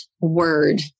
word